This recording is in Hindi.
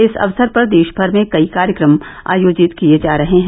इस अवसर पर देश भर में कई कार्यक्रम आयोजित किये जा रहे हैं